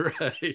right